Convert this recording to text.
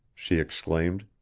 she exclaimed.